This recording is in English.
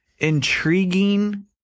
Intriguing